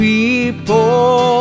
People